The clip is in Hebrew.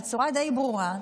בצורה די ברורה,